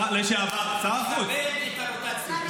תכבד את הרוטציה.